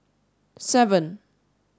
seven